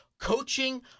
coaching